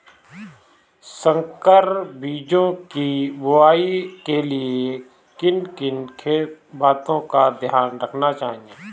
संकर बीजों की बुआई के लिए किन किन बातों का ध्यान रखना चाहिए?